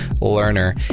learner